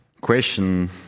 Question